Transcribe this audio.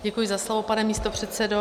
Děkuji za slovo, pane místopředsedo.